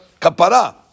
kapara